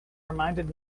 reminded